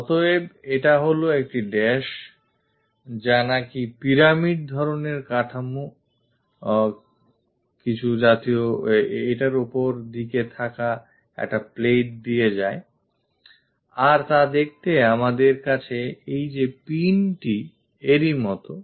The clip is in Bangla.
অতএব এটা হলো একটি dash যা নাকি pyramid ধরনের কাঠামো জাতীয় কিছুর ওপরের দিকে থাকা একটি plate দিয়ে যায়আর তা দেখতে আমাদের কাছে এই যে pinটি এরই মতো